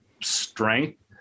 strength